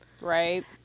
right